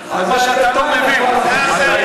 ואתם צריכים אותנו.